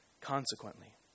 Consequently